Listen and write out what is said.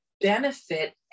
benefit